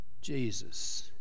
Jesus